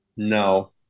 no